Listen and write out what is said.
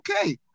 Okay